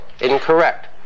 incorrect